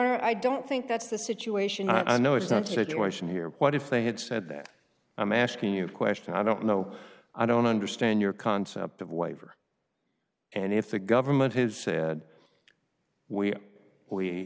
i don't think that's the situation i know it's not the situation here what if they had said that i'm asking you a question i don't know i don't understand your concept of waiver and if the government has said we we